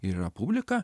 ir yra publika